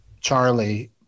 charlie